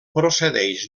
procedeix